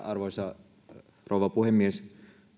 arvoisa rouva puhemies